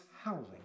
howling